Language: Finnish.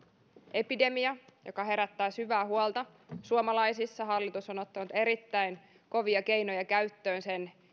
epidemia joka herättää syvää huolta suomalaisissa on hallitus ottanut erittäin kovia keinoja käyttöön sen